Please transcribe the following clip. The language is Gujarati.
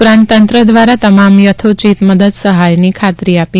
ઉપરાંત તંત્ર દ્વારા તમામ યથોચિત મદદ સહાય ખાત્રી આપી